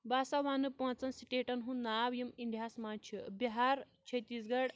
بہٕ سَا وَنہٕ پٲنٛژَن سِٹیٹَن ہُںٛد ناو یِم اِنڈیاہَس منٛز چھِ بِہار چھتیس گڑھ